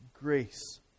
Grace